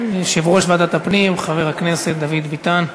יושב-ראש ועדת הפנים חבר הכנסת דוד ביטן.